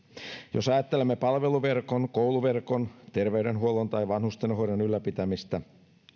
jos ajattelemme palveluverkon kouluverkon terveydenhuollon tai vanhustenhoidon ylläpitämistä